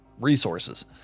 resources